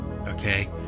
okay